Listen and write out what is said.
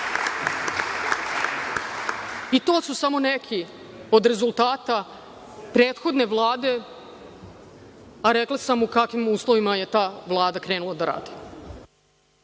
To su samo neki od rezultata prethodne Vlade, a rekla sam u kakvim uslovima je ta Vlada krenula da radi.